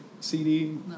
CD